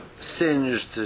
singed